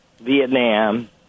Vietnam